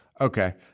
Okay